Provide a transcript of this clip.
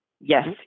yes